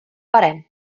parem